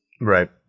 right